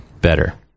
Better